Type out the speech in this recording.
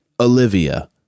Olivia